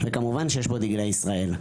וכמובן שיש בו דגלי ישראל.